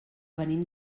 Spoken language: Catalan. venim